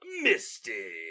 Misty